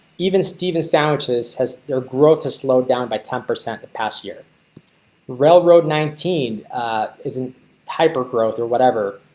even steven sandwiches has their growth to slow down by ten percent the passenger railroad nineteen isn't hyper growth or whatever.